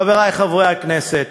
חברי חברי הכנסת,